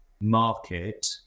market